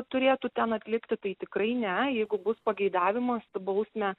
turėtų ten atlikti tai tikrai ne jeigu bus pageidavimas bausmę